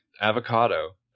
avocado